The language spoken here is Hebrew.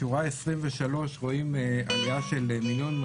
בשורה 23 רואים עלייה של 1.2 מיליון.